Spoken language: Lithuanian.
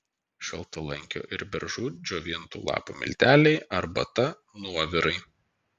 šaltalankio ir beržų džiovintų lapų milteliai arbata nuovirai